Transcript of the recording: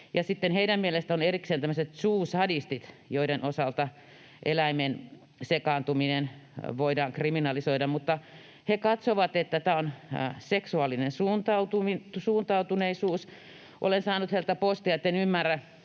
heidän mielestään ovat erikseen tämmöiset zoosadistit, joiden osalta eläimeen sekaantuminen voidaan kriminalisoida. He katsovat, että tämä on seksuaalinen suuntautuneisuus, ja olen saanut heiltä postia, etten ymmärrä